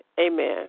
Amen